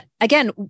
again